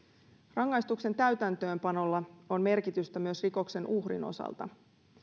rangaistuksen täytäntöönpanolla on merkitystä myös rikoksen uhrin osalta